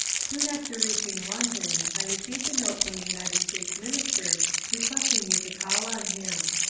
soon after reaching london i received a note from the united states minister requesting me to call on him.